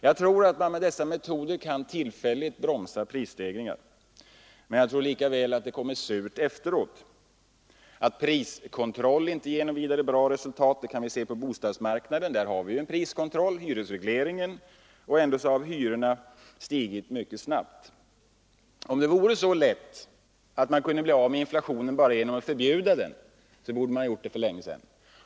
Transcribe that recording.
Jag tror att man med dessa metoder kan tillfälligt bromsa prisstegringar, men jag tror lika väl att det kommer surt efter. Att priskontroll inte ger några resultat på lång sikt kan vi se på bostadsmarknaden. Där har vi ju en priskontroll — hyresregleringen — och ändå har hyrorna stigit mycket snabbt. Om det vore så lätt att bli av med inflationen att det räckte med att förbjuda den borde man ha gjort det för länge sedan.